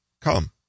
Come